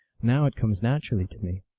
now it comes naturally to me.